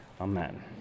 Amen